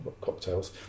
cocktails